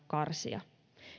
karsia